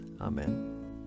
Amen